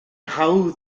hawdd